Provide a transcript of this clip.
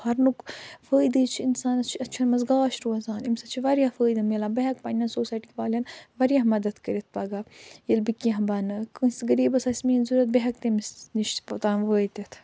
پرنُک فٲیِدٕ چھُ اِنسانس چھُ أچھن منٛز گاش روزان اَمہِ سۭتۍ چھُ واریاہ فٲیِدٕ میلان بہٕ ہٮ۪کہِ پنٕنہِ سوسایٹی والٮ۪ن واریاہ مدتھ کٔرِتھ پگاہ ییٚلہِ بہٕ کیٚنٛہہ بنہٕ کٲنٛسہِ غریٖبس آسہِ میٛٲنۍ ضروٗرت بہٕ ہٮ۪کہٕ تٔمِس نِش توتانۍ وٲتِتھ